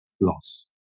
loss